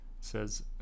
says